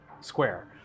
square